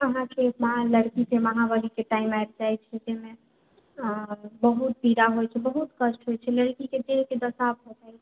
और अहाँके महा लड़कीके महावारीके टाइम आबि जाइ छै जाहिमे बहुत पीड़ा होइ छै बहुत कष्ट होइ छै लड़कीके देहके दशा भऽ जाइ छै